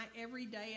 everyday